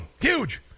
huge